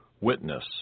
witness